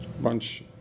bunch